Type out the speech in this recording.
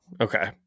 Okay